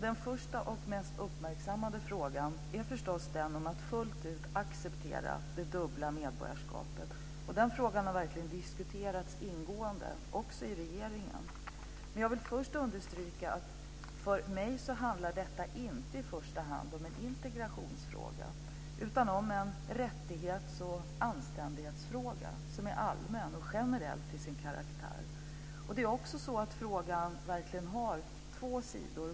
Den första och mest uppmärksammade frågan är förstås den om att fullt ut acceptera det dubbla medborgarskapet. Den frågan har verkligen diskuterats ingående också i regeringen. Jag vill först understryka att detta för mig inte i första hand är en integrationsfråga utan en rättighetsoch anständighetsfråga, som är generell till sin karaktär. Frågan har också minst två sidor.